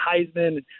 Heisman